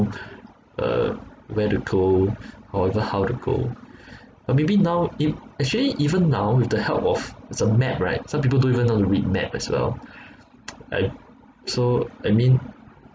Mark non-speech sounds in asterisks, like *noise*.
uh where to go or even how to go or maybe now ev~ actually even now with the help of it's map right some people don't even know how to read map as well *noise* I so I mean